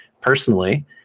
personally